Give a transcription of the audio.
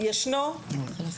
הבין-תחומיות.